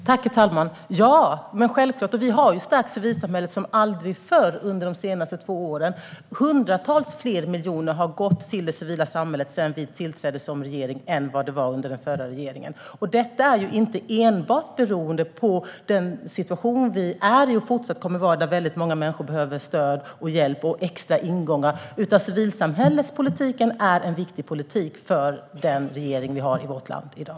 Herr talman! Ja, självklart! Vi har stärkt civilsamhället som aldrig förr under de senaste två åren. Hundratals fler miljoner har gått till det civila samhället sedan vi tillträdde som regering jämfört med hur det var under den förra regeringen. Detta beror inte enbart på den situation vi är i och kommer att fortsätta att vara i där väldigt många människor behöver stöd, hjälp och extra ingångar, utan civilsamhällespolitiken är en viktig politik för dagens regering.